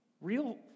Real